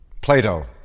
Plato